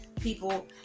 People